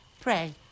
Pray